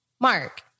Mark